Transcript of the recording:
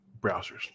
browsers